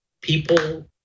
people